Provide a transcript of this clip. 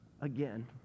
again